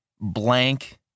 blank